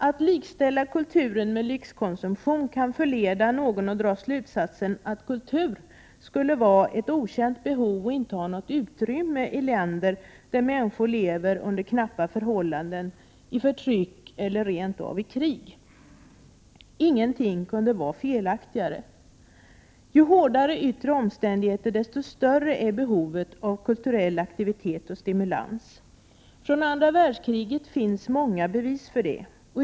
Att likställa kultur med lyxkonsumtion kan förleda någon att dra slutsatsen att kultur skulle vara ett okänt behov och inte ha något utrymme i länder, där människor lever under knappa förhållanden, i förtryck eller rent av i krig. Ingenting kunde vara felaktigare. Ju hårdare yttre omständigheter, desto större är behovet av kulturell aktivitet och stimulans. Från andra världskriget finns många bevis för detta.